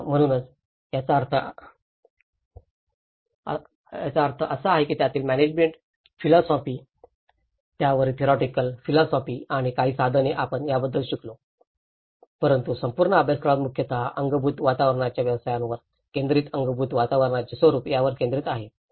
तर एकूणच याचा अर्थ असा की त्यातील मॅनेजमेंट फिलॉसॉफी त्यावरील थेरिओटिकल फिलॉसॉफी आणि काही साधने आपण त्याबद्दल शिकलो आहोत परंतु संपूर्ण अभ्यासक्रम मुख्यत अंगभूत वातावरणाच्या व्यवसायांवर केंद्रित अंगभूत वातावरणाचे स्वरूप यावर केंद्रित आहे